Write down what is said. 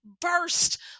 burst